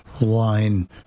line